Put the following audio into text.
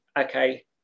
okay